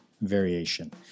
variation